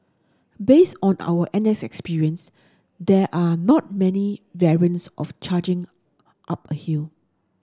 based on our N S experience there are not many variants of charging up a hill